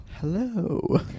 Hello